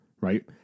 Right